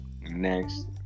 next